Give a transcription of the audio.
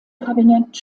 kabinett